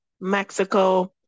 Mexico